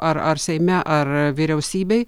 ar ar seime ar vyriausybėj